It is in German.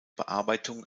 bearbeitung